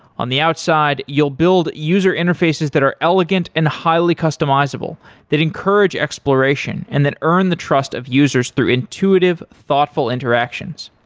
on the outside, you'll build user interfaces that are elegant and highly customizable that encourage exploration and that earn the trust of users through intuitive, thoughtful interactions.